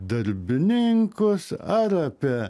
darbininkus ar apie